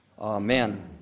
Amen